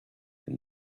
for